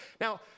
Now